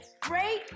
great